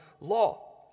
law